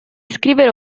scrivere